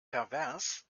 pervers